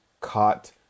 caught